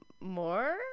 more